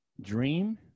dream